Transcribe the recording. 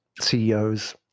CEOs